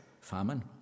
famine